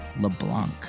LeBlanc